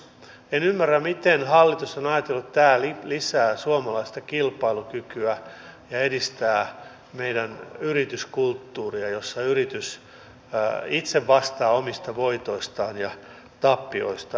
en ymmärrä miten hallitus on ajatellut että tämä lisää suomalaista kilpailukykyä ja edistää meidän yrityskulttuuriamme jossa yritys itse vastaa omista voitoistaan ja tappioistaan